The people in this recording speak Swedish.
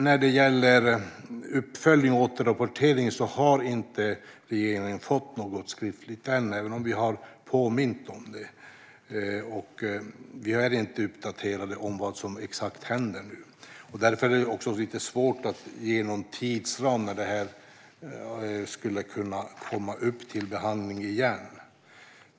När det gäller uppföljning och återrapportering har inte regeringen fått något skriftligt ännu, även om vi har påmint om det. Vi är därför inte uppdaterade exakt om vad som händer nu. Därför är det också lite svårt att ge någon tidsram för när det här skulle kunna komma upp till behandling igen.